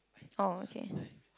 oh okay